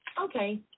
Okay